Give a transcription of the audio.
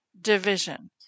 division